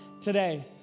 today